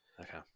Okay